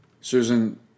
Susan